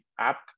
app